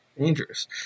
Dangerous